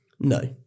No